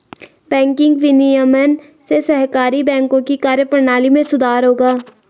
banking विनियमन से सहकारी बैंकों की कार्यप्रणाली में सुधार होगा